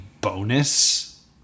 bonus